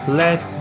let